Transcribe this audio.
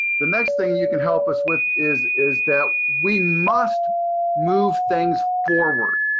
the next thing you can help us with is, is that we must move things forward.